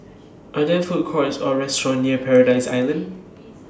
Are There Food Courts Or restaurants near Paradise Island